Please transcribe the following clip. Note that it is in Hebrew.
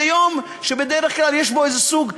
זה יום שבדרך כלל יש בו איזה סוג,